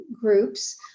groups